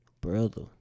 Brother